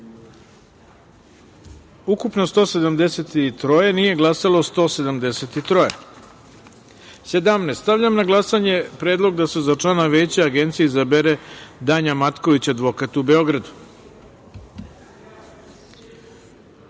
ukupno - 173, nije glasalo – 173.17. Stavljam na glasanje predlog da se za člana Veća Agencije izabere Danja Matković, advokat u